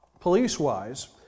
police-wise